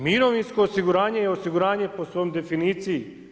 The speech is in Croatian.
Mirovinsko osiguranje je osiguranje po svom definiciji.